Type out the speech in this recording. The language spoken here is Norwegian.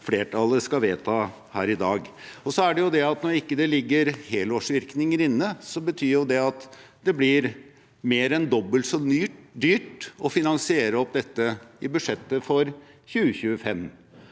flertallet skal vedta her i dag. Når det ikke ligger helårsvirkninger inne, betyr det at det blir mer enn dobbelt så dyrt å finansiere dette i budsjettet for 2025.